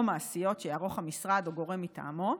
מעשיות שיערוך המשרד או גורם מטעמו.